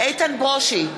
איתן ברושי,